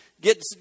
get